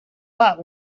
lot